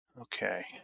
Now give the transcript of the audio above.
Okay